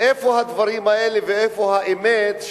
איפה הדברים האלה ואיפה האמת,